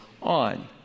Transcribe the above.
on